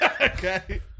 Okay